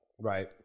Right